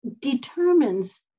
determines